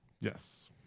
Yes